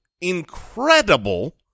incredible